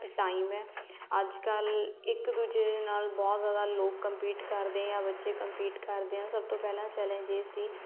time ਹੈ ਅੱਜ ਕੱਲ੍ਹ ਇੱਕ ਦੂਜੇ ਦੇ ਨਾਲ ਬਹੁਤ ਜ਼ਿਆਦਾ ਲੋਕ ਕੰਪੀਟ ਕਰਦੇ ਜਾਂ ਬੱਚੇ ਕੰਪੀਟ ਕਰਦੇ ਆ ਸਭ ਤੋਂ ਪਹਿਲਾਂ ਚੈਲੇਂਜ ਇਹ ਸੀ